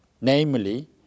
namely